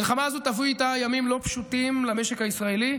המלחמה הזו תביא איתה ימים לא פשוטים למשק הישראלי,